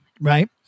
right